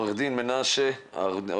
תודה.